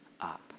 up